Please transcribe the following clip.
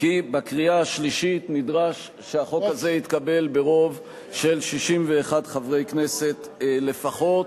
כי בקריאה השלישית נדרש שהחוק הזה יתקבל ברוב של 61 חברי כנסת לפחות.